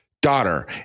Daughter